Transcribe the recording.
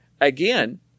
again